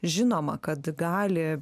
žinoma kad gali